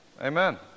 Amen